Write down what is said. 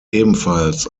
ebenfalls